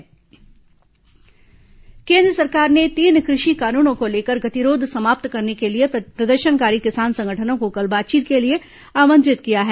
केन्द्र किसान बातचीत केन्द्र सरकार ने तीन कृषि कानूनों को लेकर गतिरोध समाप्त करने के लिए प्रदर्शनकारी किसान संगठनों को कल बातचीत के लिए आमंत्रित किया है